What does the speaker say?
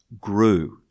grew